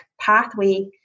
pathway